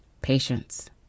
Patience